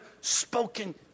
spoken